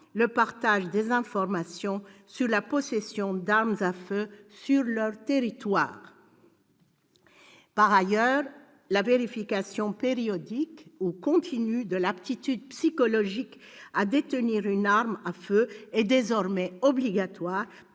le partage des informations sur la possession d'armes à feu sur leur territoire. Par ailleurs, la vérification périodique ou continue de l'aptitude psychologique à détenir une arme à feu est désormais obligatoire